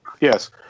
yes